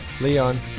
Leon